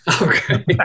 Okay